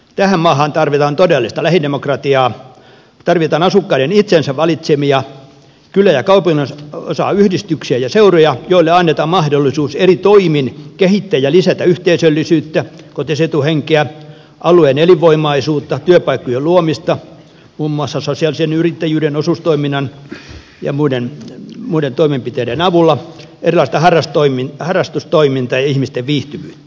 tähän maahan tarvitaan todellista lähidemokratiaa tarvitaan asukkaiden itsensä valitsemia kylä ja kaupunginosayhdistyksiä ja seuroja joille annetaan mahdollisuus eri toimin kehittää ja lisätä yhteisöllisyyttä kotiseutuhenkeä alueen elinvoimaisuutta työpaikkojen luomista muun muassa sosiaalisen yrittäjyyden osuustoiminnan ja muiden toimenpiteiden avulla erilaista harrastustoimintaa ja ihmisten viihtyvyyttä